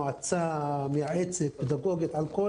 מועצה מייעצת פדגוגית על כל